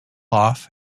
off